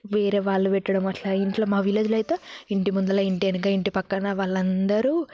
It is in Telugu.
వేరే వాళ్ళు పెట్టడము అలా ఇంట్లో మా విలేజ్లో అయితే ఇంటి ముందర ఇంటి వెనక ఇంటి ప్రక్కన వాళ్ళు అందరూ